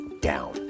down